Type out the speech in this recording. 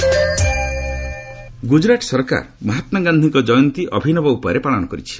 ଗୁଜରାଟ ଗାନ୍ଧି ଗୁଜରାଟ ସରକାର ମହାତ୍ମା ଗାନ୍ଧିଙ୍କ ଜୟନ୍ତୀ ଅଭିନବ ଉପାୟରେ ପାଳନ କରିଛନ୍ତି